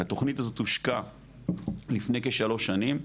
התכנית הזו הושקה לפני כשלוש שנים.